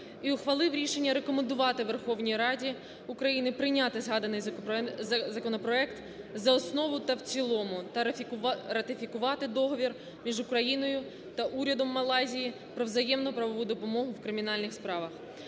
і ухвалив рішення рекомендувати Верховній Раді України прийняти згаданий законопроект за основу та в цілому та ратифікувати договір між Україною та урядом Малайзії про взаємну правову допомогу в кримінальних справах.